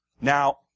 Now